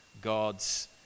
God's